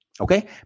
Okay